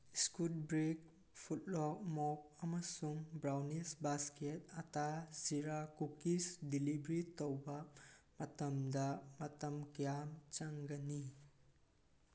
Scotch bread ꯐꯨꯠꯂꯣꯛ ꯃꯣꯞ ꯑꯃꯁꯨꯡ brownies basket atta jeera cookies delivery ꯇꯧꯕ ꯃꯇꯝꯗ ꯃꯇꯝ ꯀ꯭ꯌꯥꯝ ꯆꯪꯒꯅꯤ